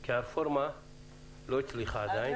כי הרפורמה לא הצליחה עדיין,